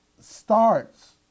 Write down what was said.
starts